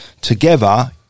Together